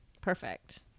Perfect